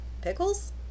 Pickles